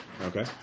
Okay